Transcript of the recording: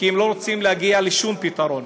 כי הם לא רוצים להגיע לשום פתרון.